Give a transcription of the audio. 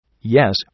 Yes